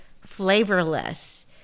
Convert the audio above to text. Flavorless